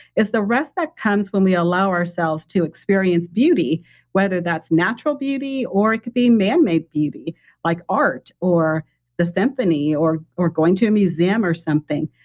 is the rest that comes when we allow ourselves to experience beauty whether that's natural beauty or it could be manmade beauty like art or the symphony or or going to a museum or something.